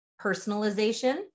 personalization